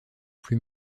plus